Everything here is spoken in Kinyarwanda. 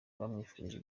bamwifuriza